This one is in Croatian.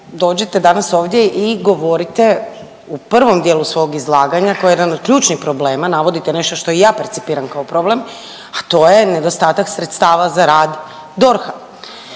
dođete danas ovdje i govorite u prvom dijelu svog izlaganja koje je jedan od ključnih problema, navodite nešto što i ja percipiram kao problem, a to je nedostatak sredstava za rad DORH-a.